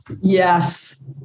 Yes